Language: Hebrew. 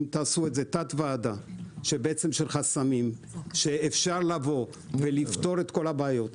אם תעשו תת ועדה של חסמים אפשר לפתור את כל הבעיות.